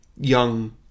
young